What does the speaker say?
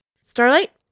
Starlight